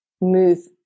move